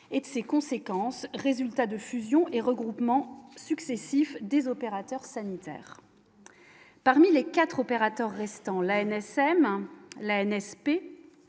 et ses conséquences, résultat de fusions et regroupements successifs des opérateurs sanitaires parmi les 4 opérateurs restant la NSM la NSP